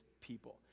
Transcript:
people